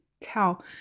tell